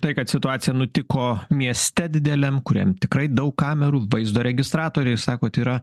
tai kad situacija nutiko mieste dideliam kuriam tikrai daug kamerų vaizdo registratoriai ir sakot yra